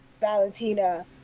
Valentina